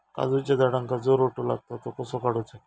काजूच्या झाडांका जो रोटो लागता तो कसो काडुचो?